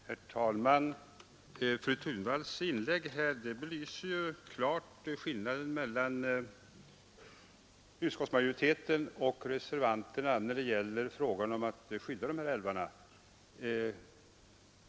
Herr talman! Fru Thunvalls inlägg belyser ju klart skillnaden mellan utskottsmajoriteten och reservanterna när det gäller frågan om att skydda de här älvarna.